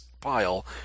pile